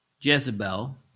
Jezebel